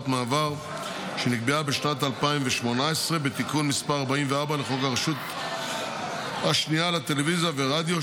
מעבר שנקבעה בשנת 2018 בתיקון מס' 44 לחוק הרשות השנייה לטלוויזיה ורדיו,